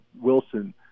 Wilson